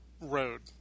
road